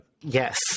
Yes